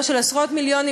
לא של עשרות מיליונים,